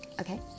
okay